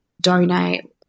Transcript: donate